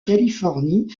californie